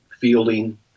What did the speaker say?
fielding